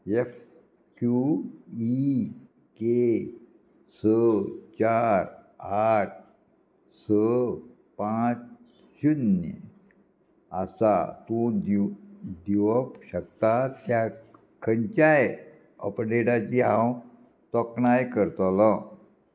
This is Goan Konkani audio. एफ क्यू इ के स चार आठ स पांच शुन्य आसा तूं दिव दिवप शकता त्या खंयच्याय अपडेटाची हांव तोखणाय करतलो